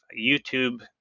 YouTube